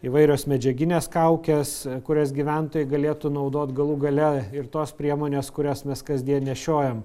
įvairios medžiaginės kaukės kurias gyventojai galėtų naudot galų gale ir tos priemonės kurias mes kasdien nešiojam